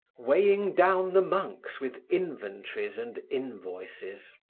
weighing down the monks with inventories and invoices.